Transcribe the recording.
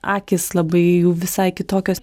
akys labai jų visai kitokios